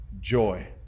joy